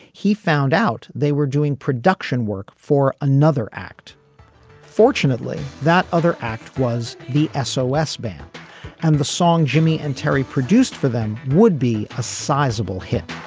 he found out they were doing production work for another act fortunately that other act was the s o s. band and the song jimmy and terry produced for them would be a sizable hit